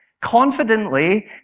confidently